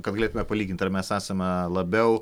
kad galėtume palygint ar mes esame labiau